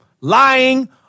lying